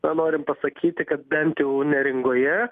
norim pasakyti kad bent jau neringoje